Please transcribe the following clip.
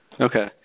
Okay